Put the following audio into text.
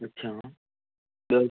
अच्छा ॿियो